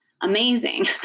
Amazing